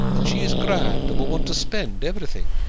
and she is grand and will want to spend everything.